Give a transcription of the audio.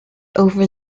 over